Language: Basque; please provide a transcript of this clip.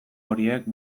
horiek